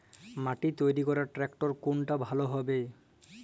মাটি তৈরি করার ট্রাক্টর কোনটা ভালো হবে?